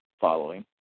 following